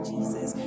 Jesus